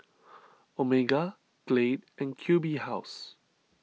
Omega Glade and Q B House